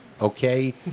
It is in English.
okay